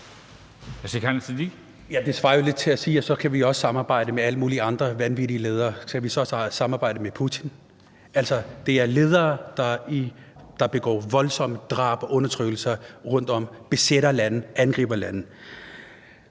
Det svarer jo lidt til at sige, at så kan vi også samarbejde med alle mulige andre vanvittige ledere. Skal vi så samarbejde med Putin? Altså, det er ledere, der begår voldsomme drab og undertrykkelse, og som besætter lande og angriber lande.